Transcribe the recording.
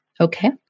Okay